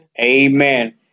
Amen